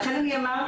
לכן אני אמרתי,